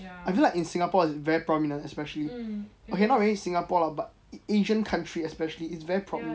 I feel like in singapore it's very prominent especially okay not really singapore lah but asian countries especially it's very prominent